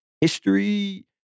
history